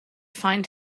find